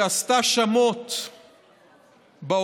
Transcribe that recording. שעשתה שמות בעולם